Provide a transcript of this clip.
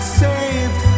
saved